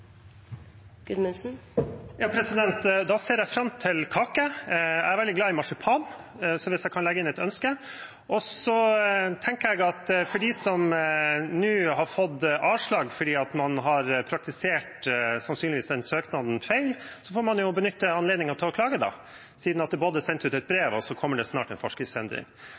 Gudmundsen har hatt ordet to ganger tidligere og får ordet til en kort merknad, begrenset til 1 minutt. Da ser jeg fram til kake. Jeg er veldig glad i marsipan, hvis jeg kan legge inn et ønske. Jeg tenker at for dem som nå har fått avslag fordi man sannsynligvis har praktisert søknaden feil, får man benytte anledningen til å klage, siden det både er sendt ut et brev og det snart kommer en forskriftsendring.